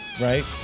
Right